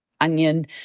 onion